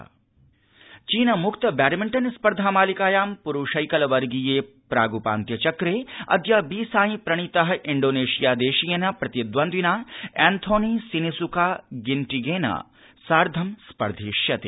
badminton China मुक्त badminton स्पर्धा मालिकायां पुरुषैकल वर्गीये प्राग्पान्त्य चक्रे अद्य बीसाईं प्रणीतः जिडोनेशिया देशीयेन प्रतिद्वन्द्विना एन्थोनी सिनिस्का गिंटिगेन सार्थं स्पर्धिष्यते